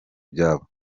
byabo